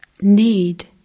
need